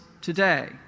today